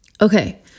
Okay